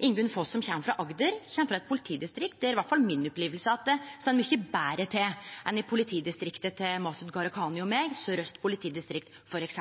Ingunn Foss, som kjem frå Agder, kjem frå eit politidistrikt der iallfall mi oppleving er at det står mykje betre til enn i politidistriktet til Masud Gharahkhani og meg, Sør-Øst politidistrikt, f.eks.